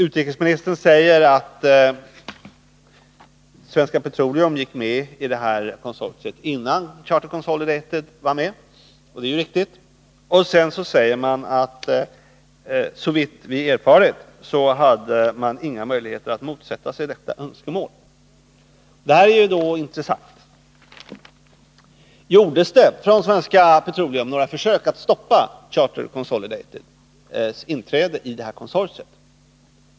Utrikesministern säger att Svenska Petroleum gick med i det här konsortiet, innan Charter Consolidated var med, och det är riktigt. Utrikesministern säger vidare att ”såvitt vi erfarit”, hade man inga möjligheter att motsätta sig detta önskemål. Detta är intressant. Gjordes det från Svenska Petroleums sida några försök att stoppa Charter Consolidateds inträde i konsortiet?